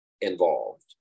involved